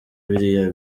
biriya